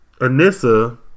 Anissa